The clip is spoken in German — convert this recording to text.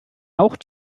auch